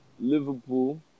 Liverpool